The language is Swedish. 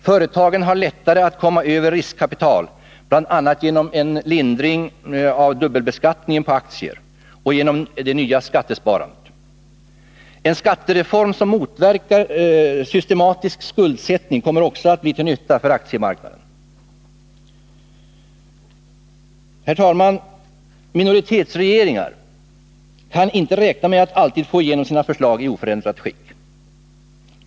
Företagen har lättare att komma över riskkapital bl.a. genom en lindring av dubbelbeskattningen på aktier och genom det nya skattesparandet. En skattereform som motverkar systematisk skuldsättning kommer också att bli till nytta för aktiemarknaden. Herr talman! Minoritetsregeringar kan inte räkna med att alltid få igenom sina förslag i oförändrat skick.